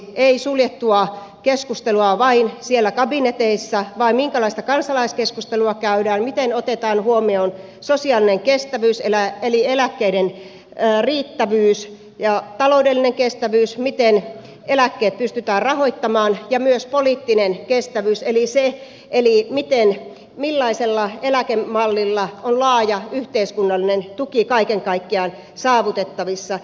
ei suljettua keskustelua vain siellä kabineteissa vaan pitäisi katsoa minkälaista kansalaiskeskustelua käydään miten otetaan huomioon sosiaalinen kestävyys eli eläkkeiden riittävyys taloudellinen kestävyys miten eläkkeet pystytään rahoittamaan ja myös poliittinen kestävyys eli se millaisella eläkemallilla on laaja yhteiskunnallinen tuki kaiken kaikkiaan saavutettavissa